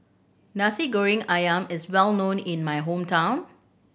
Nasi Goreng Ayam is well known in my hometown